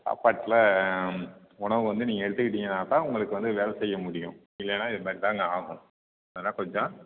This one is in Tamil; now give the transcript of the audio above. சாப்பாட்டில் உணவு வந்து நீங்கள் எடுத்துக்கிட்டீங்கனா தான் உங்களுக்கு வந்து வேலை செய்ய முடியும் இல்லைன்னா இதுமாதிரிதாங்க ஆகும் அதனால் கொஞ்சம்